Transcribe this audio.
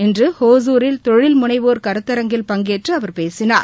இன்றுகுரில் தொழில் முனைவோர் கருத்தரங்கில் பங்கேற்றுஅவர் பேசினார்